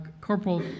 Corporal